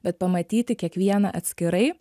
bet pamatyti kiekvieną atskirai